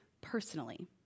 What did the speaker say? personally